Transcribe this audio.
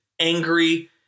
angry